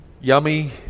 yummy